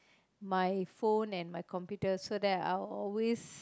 my phone and my computer so that I always